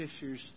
fishers